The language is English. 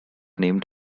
named